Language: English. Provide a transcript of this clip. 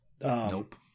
Nope